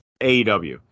AEW